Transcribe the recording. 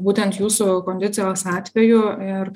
būtent jūsų kondicijos atveju ir